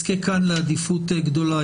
הוא יזכה כאן לעדיפות גדולה.